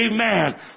amen